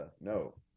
no